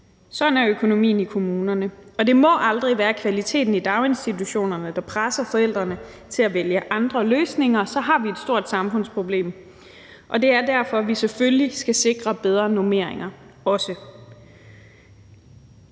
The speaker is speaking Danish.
Sådan er økonomien i kommunerne. Og det må aldrig være kvaliteten i daginstitutionerne, der presser forældrene til at vælge andre løsninger – så har vi et stort samfundsproblem. Og det er derfor, at vi selvfølgelig også skal sikre bedre normeringer.